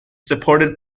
supported